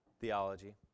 Theology